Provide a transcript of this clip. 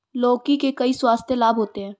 लौकी के कई स्वास्थ्य लाभ होते हैं